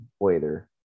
later